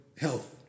health